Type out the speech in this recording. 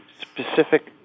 specific